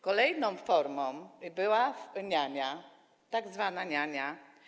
Kolejną formą była niania, tzw. niania.